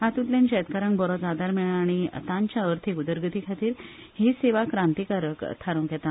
हातूंतल्यान शेतकारांक बरोच आदार मेळटलो आनी ताच्या अर्थीक उदरगती खातीर ही सेवा क्रांतीकारक थारूंक लागल्या